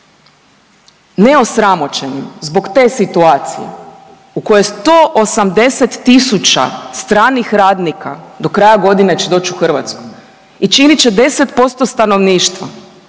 ne osramoćenim zbog te situacije u kojoj 180.000 stranih radnika do kraja godine će doć u Hrvatsku i činit će 10% stanovništva,